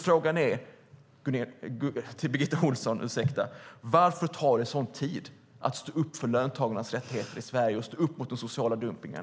Frågan är, Birgitta Ohlsson: Varför tar det sådan tid att stå upp för löntagarnas rättigheter i Sverige och stå upp mot den sociala dumpningen?